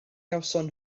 gawson